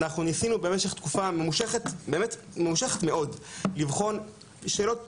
במשך תקופה ממושכת מאוד אנחנו ניסינו לבחון שאלות